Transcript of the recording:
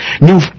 new